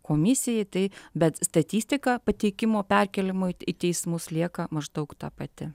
komisijai tai bet statistika pateikimo perkėlimo į teismus lieka maždaug ta pati